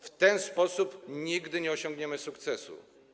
W ten sposób nigdy nie osiągniemy sukcesu.